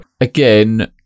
Again